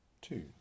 Two